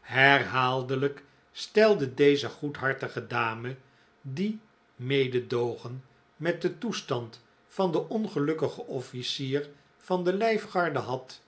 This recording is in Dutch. herhaaldelijk stelde deze goedhartige dame die mededoogen met den toestand van den ongelukkigen offlcier van de lijfgarde had